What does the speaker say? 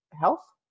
health